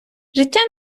життя